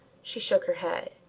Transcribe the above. she shook her head.